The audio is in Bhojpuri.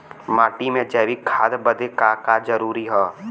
माटी में जैविक खाद बदे का का जरूरी ह?